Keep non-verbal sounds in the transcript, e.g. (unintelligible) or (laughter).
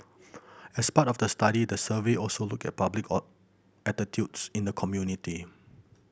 as part of the study the survey also looked at public (unintelligible) attitudes in the community